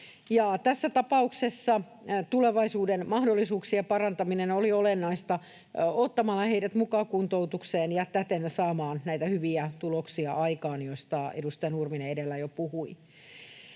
Tässä tapauksessa tulevaisuuden mahdollisuuksien parantaminen oli olennaista ottamalla heidät mukaan kuntoutukseen ja täten saamaan näitä hyviä tuloksia aikaan, joista edustaja Nurminen jo edellä puhui.